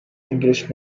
english